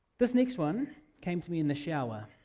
this next one came to me in the shower.